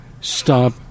stop